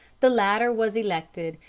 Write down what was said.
the latter was elected,